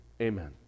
Amen